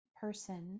person